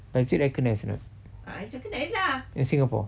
but is it recognized or not in singapore